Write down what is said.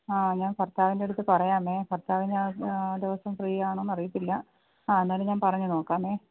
ആ ഞാന് ഭർത്താവിന്റടുത്തു പറയാമേ ഭർത്താവിനാ ആ ദിവസം ഫ്രീ ആണോ അറിയത്തില്ല ആ എന്നാലും ഞാന് പറഞ്ഞു നോക്കാമേ